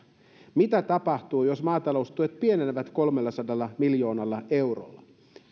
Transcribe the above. mitä tapahtuu jos maataloustuet pienenevät kolmellasadalla miljoonalla eurolla